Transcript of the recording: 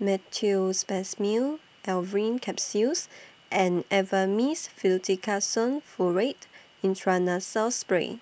Meteospasmyl Alverine Capsules and Avamys Fluticasone Furoate Intranasal Spray